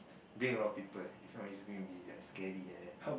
bring a lot of people if not it's going to be like scary like that